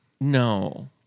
No